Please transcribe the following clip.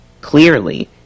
Clearly